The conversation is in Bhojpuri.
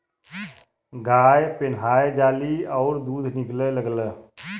गाय पेनाहय जाली अउर दूध निकले लगेला